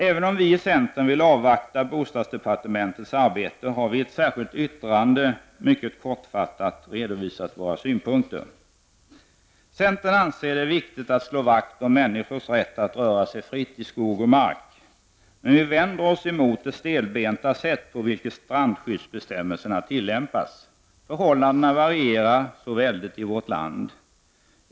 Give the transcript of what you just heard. Även om vi i centern vill avvakta bostadsdepartementets arbete har vi i ett särskilt yttrande mycket kortfattat redovisat våra synpunkter. Centern anser det viktigt att slå vakt om människors rätt att röra sig fritt i skog och mark. Vi vänder oss emellertid emot det stelbenta sätt på vilket strandskyddsbestämmelserna tillämpas. Förhållandena varierar som sagt så väldigt i vårt land.